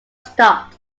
stopped